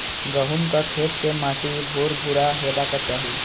गहूमक खेत के माटि भुरभुरा हेबाक चाही